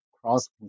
Cross